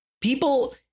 People